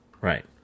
Right